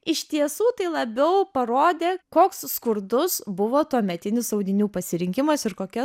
iš tiesų tai labiau parodė koks skurdus buvo tuometinis audinių pasirinkimas ir kokia